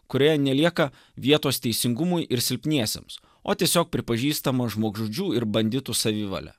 kurioje nelieka vietos teisingumui ir silpniesiems o tiesiog pripažįstama žmogžudžių ir banditų savivale